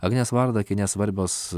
agnes varda kine svarbios